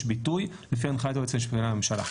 ביטוי לפי הנחיית היועץ המשפטי לממשלה.